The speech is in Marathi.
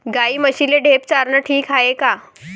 गाई म्हशीले ढेप चारनं ठीक हाये का?